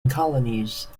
colonies